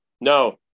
No